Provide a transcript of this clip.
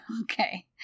Okay